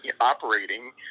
operating